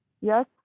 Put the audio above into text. yes